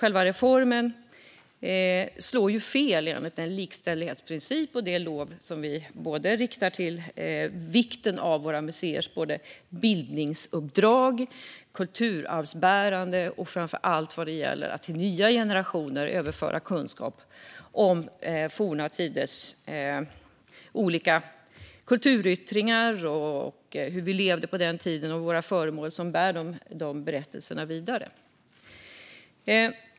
Själva reformen slår fel när det gäller likställighetsprincipen, vikten av våra museers bildningsuppdrag, kulturarvsbärande och framför allt överförande av kunskap till nya generationer om forna tiders olika kulturyttringar, hur vi levde förr och de föremål som bär dessa berättelser vidare.